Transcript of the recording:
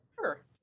Sure